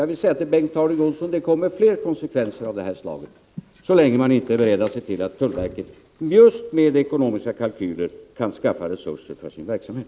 Jag vill säga till Bengt Harding Olson: Det kommer fler konsekvenser av det här slaget, så länge man inte är beredd att se till att tullverket just med ekonomiska kalkyler kan skaffa resurser för sin verksamhet.